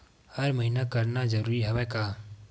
हर महीना करना जरूरी हवय का?